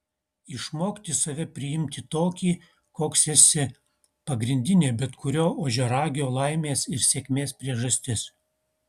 išmokti save priimti tokį koks esi pagrindinė bet kurio ožiaragio laimės ir sėkmės priežastis